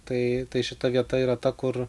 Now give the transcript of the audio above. tai tai šita vieta yra ta kur